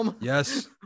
yes